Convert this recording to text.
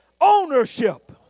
ownership